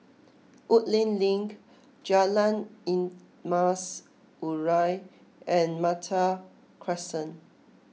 Woodleigh Link Jalan Emas Urai and Malta Crescent